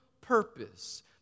purpose